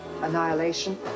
annihilation